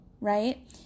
right